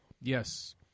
Yes